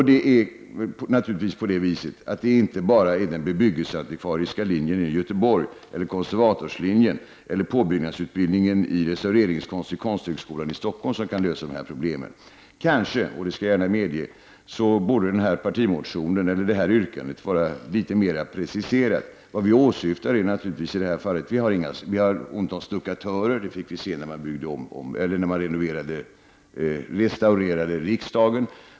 Det är naturligtvis inte bara den bebyggelseantikvariska linjen i Göteborg, konservatorslinjen eller påbyggnadsutbildningen i restaureringskonst vid Konsthögskolan i Stockholm som kan lösa dessa problem. Kanske, det skall jag gärna medge, borde detta yrkande vara litet mera preciserat. Vad vi åsyftar är naturligtvis att det är ont om exempelvis stuckatörer, något som vi märkte i samband med restaureringen av Riksdagshuset.